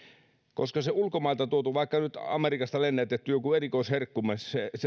koska se ulkomailta tuotu vaikka nyt joku amerikasta lennätetty erikoisherkkumme